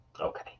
okay